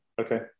Okay